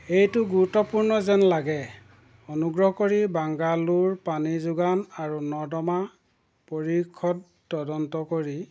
এইটো গুৰুত্বপূৰ্ণ যেন লাগে অনুগ্ৰহ কৰি বাংগালোৰ পানী যোগান আৰু নৰ্দমা পৰিষদ তদন্ত কৰি